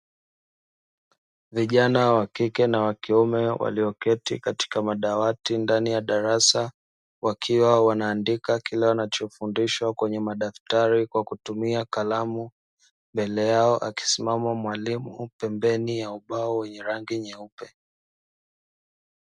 Vijana wa kike na wa kiume walioketi katika madawati ndani ya darasa, wakiwa wanaandika kile wanachofundishwa kwenye madaftari kwa kutumia kalamu, mbele yao akisimama mwalimu pembeni ya ubao wenye rangi nyeupe.